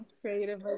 creative